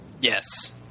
Yes